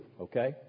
okay